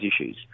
issues